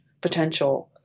potential